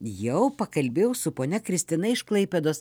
jau pakalbėjau su ponia kristina iš klaipėdos